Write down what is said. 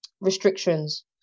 restrictions